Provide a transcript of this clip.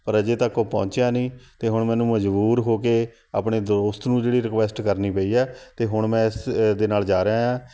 ਪਰ ਅਜੇ ਤੱਕ ਉਹ ਪਹੁੰਚਿਆ ਨਹੀਂ ਅਤੇ ਹੁਣ ਮੈਨੂੰ ਮਜ਼ਬੂਰ ਹੋ ਕੇ ਆਪਣੇ ਦੋਸਤ ਨੂੰ ਜਿਹੜੀ ਰਿਕੁਐਸਟ ਕਰਨੀ ਪਈ ਹੈ ਅਤੇ ਹੁਣ ਮੈਂ ਇਸ ਇਹਦੇ ਨਾਲ ਜਾ ਰਿਹਾ ਹਾਂ